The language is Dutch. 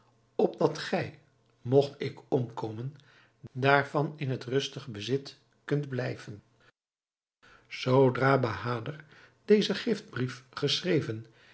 opdat gij mogt ik omkomen daarvan in het rustig bezit kunt blijven zoodra bahader dezen giftbrief geschreven